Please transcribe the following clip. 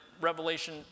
Revelation